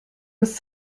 was